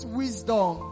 wisdom